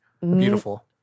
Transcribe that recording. beautiful